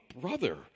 brother